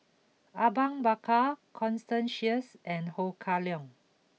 Awang Bakar Constance Sheares and Ho Kah Leong